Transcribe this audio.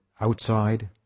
outside